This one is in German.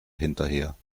hinterher